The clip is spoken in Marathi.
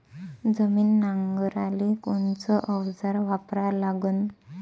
जमीन नांगराले कोनचं अवजार वापरा लागन?